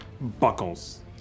buckles